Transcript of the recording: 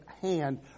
hand